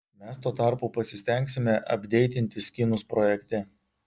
mes tuo tarpu pasistengsime apdeitinti skinus projekte